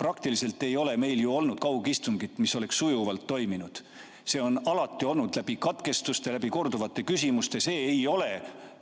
praktiliselt ei ole meil ju olnud kaugistungit, mis oleks sujuvalt toimunud. See on alati olnud katkestustega, korduvate küsimustega – see ei ole